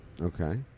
Okay